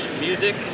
music